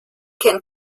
can